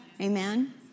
Amen